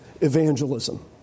evangelism